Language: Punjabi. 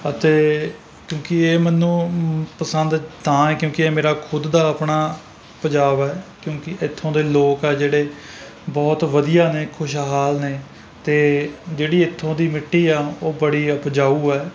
ਅਤੇ ਕਿਉਂਕਿ ਇਹ ਮੈਨੂੰ ਪਸੰਦ ਤਾਂ ਹੈ ਕਿਉਂਕਿ ਇਹ ਮੇਰਾ ਖੁਦ ਦਾ ਆਪਣਾ ਪੰਜਾਬ ਹੈ ਕਿਉਂਕਿ ਇੱਥੋਂ ਦੇ ਲੋਕ ਆ ਜਿਹੜੇ ਬਹੁਤ ਵਧੀਆ ਨੇ ਖੁਸ਼ਹਾਲ ਨੇ ਅਤੇ ਜਿਹੜੀ ਇੱਥੋਂ ਦੀ ਮਿੱਟੀ ਆ ਉਹ ਬੜੀ ਉਪਜਾਊ ਆ